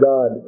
God